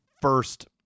first